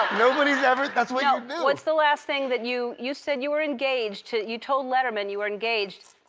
nobody's ever that's what you do. what's the last thing that you you said you were engaged to you told letterman you were engaged